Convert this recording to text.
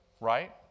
Right